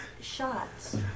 shots